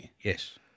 Yes